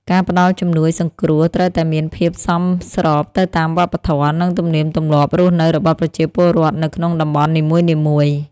ការផ្តល់ជំនួយសង្គ្រោះត្រូវតែមានភាពសមស្របទៅតាមវប្បធម៌ និងទំនៀមទម្លាប់រស់នៅរបស់ប្រជាពលរដ្ឋនៅក្នុងតំបន់នីមួយៗ។